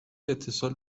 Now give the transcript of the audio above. اتصال